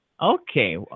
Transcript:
Okay